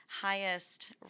Highest